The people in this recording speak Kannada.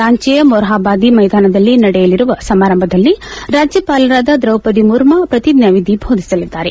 ರಾಂಚಿಯ ಮೊರ್ಹಾಬಾದಿ ಮೈದಾನದಲ್ಲಿ ನಡೆಯಲಿರುವ ಸಮಾರಂಭದಲ್ಲಿ ರಾಜ್ಯಪಾಲರಾದ ದ್ರೌಪದಿ ಮುರ್ಮು ಪ್ರತಿಜ್ಞಾವಿಧಿ ಭೋದಿಸಲಿದ್ದಾರೆ